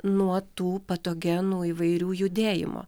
nuo tų patogenų įvairių judėjimų